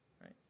Right